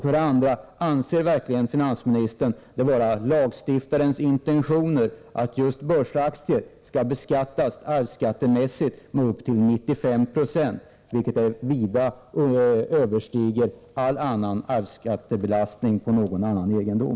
För det andra: Anser verkligen finansministern det vara lagstiftarens intentioner att just börsnoterade aktier arvsskattemässigt skall beskattas med upp till 95 2, vilket vida överstiger arvsskattebelastningen på all annan egendom?